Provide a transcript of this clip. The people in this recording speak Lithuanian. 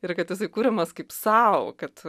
ir kad jisai kuriamas kaip sau kad